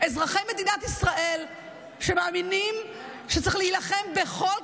אזרחי מדינת ישראל שמאמינים שצריך להילחם בכל